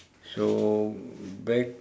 so back